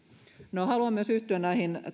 no haluan myös yhtyä näihin